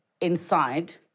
inside